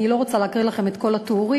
אני לא רוצה להקריא לכם את כל התיאורים.